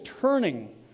turning